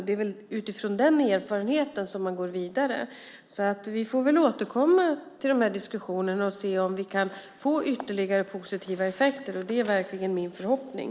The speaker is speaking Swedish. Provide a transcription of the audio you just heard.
Det är utifrån den erfarenheten man går vidare. Vi får väl återkomma till de här diskussionerna och se om vi kan få ytterligare positiva effekter. Det är verkligen min förhoppning.